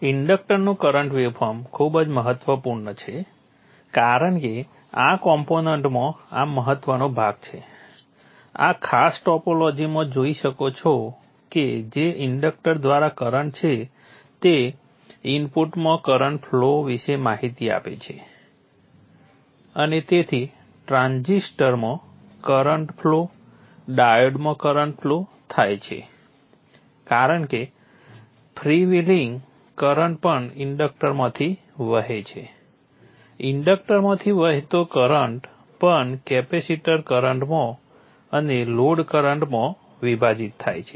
ઇન્ડક્ટરનું current waveform ખૂબ જ મહત્વપૂર્ણ છે કારણ કે આ કોમ્પોનન્ટમાં આ મહત્વનો ભાગ છે આ ખાસ ટોપોલોજીમાં જોઈ શકો છો કે જે ઇન્ડક્ટર દ્વારા કરંટ છે તે ઇનપુટમાં કરંટ ફ્લો વિશે માહિતી આપે છે અને તેથી ટ્રાન્ઝિસ્ટરમાં કરંટ ફ્લો ડાયોડમાં કરંટ ફ્લો થાય છે કારણ કે ફ્રીવ્હીલિંગ કરંટ પણ ઇન્ડક્ટરમાંથી વહે છે ઇન્ડક્ટરમાંથી વહેતો કરંટ પણ કેપેસિટર કરંટમાં અને લોડ કરંટમાં વિભાજિત થાય છે